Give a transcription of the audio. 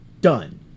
done